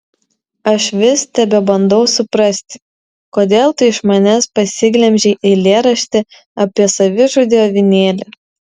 aš vis tebebandau suprasti kodėl tu iš manęs pasiglemžei eilėraštį apie savižudį avinėlį